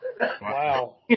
Wow